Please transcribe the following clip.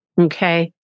okay